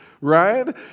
right